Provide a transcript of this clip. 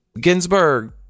Ginsburg